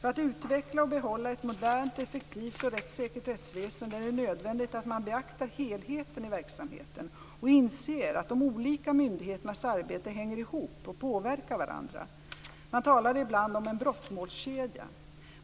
För att utveckla och behålla ett modernt, effektivt och rättssäkert rättsväsende är det nödvändigt att man beaktar helheten i verksamheten och inser att de olika myndigheternas arbete hänger ihop och påverkar varandra. Man talar ibland om en brottmålskedja.